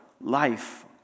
life